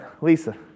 Lisa